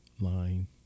line